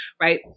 right